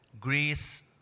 Greece